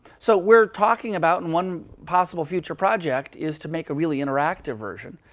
so we're talking about and one possible future project is to make a really interactive version.